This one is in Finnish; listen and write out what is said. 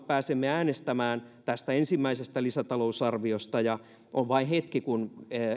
pääsemme äänestämään tästä ensimmäisestä lisätalousarviosta ja on vain hetki kun